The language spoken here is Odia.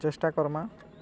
ଚେଷ୍ଟା କର୍ମା